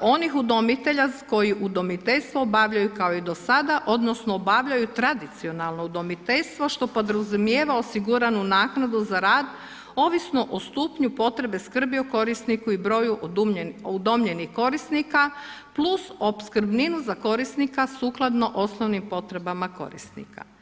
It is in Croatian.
onih udomitelja koji udomiteljstvo obavljaju kao i do sada odnosno obavljaju tradicionalno udomiteljstvo što podrazumijeva osiguranu naknadu za rad ovisno o stupnju potrebe skrbi o korisniku i broju udomljenih korisnika plus opskrbninu za korisnika sukladno osnovnim potrebama korisnika.